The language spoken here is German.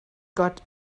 gott